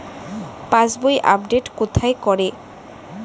পাসবই update কোথায় করে?